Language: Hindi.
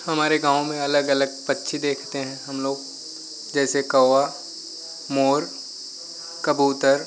हमारे गाँव में अलग अलग पक्षी देखते हैं हमलोग जैसे कौआ मोर कबूतर